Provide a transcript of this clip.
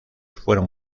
fueron